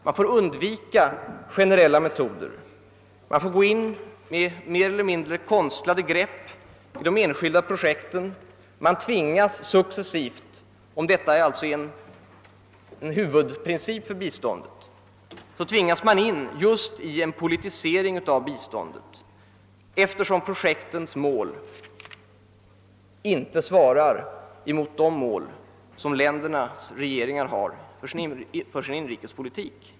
Man får undvika generella metoder och får sätta in mer eller mindre konstlade grepp i de enskilda projekten. Man tvingas successivt — om detta alltså är en huvudprincip för biståndet — in just i en politisering av biståndet, eftersom projektens mål inte svarar mot de mål som ländernas regeringar har för sin inrikespolitik.